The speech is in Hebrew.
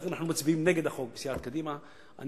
ולכן אנחנו בסיעת קדימה מצביעים נגד החוק.